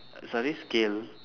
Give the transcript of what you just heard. sorry scale